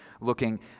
looking